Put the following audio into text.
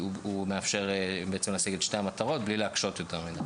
מאפשר להשיג את שתי המטרות בלי להקשות יותר מדי.